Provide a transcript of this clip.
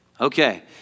Okay